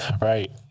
right